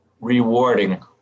rewarding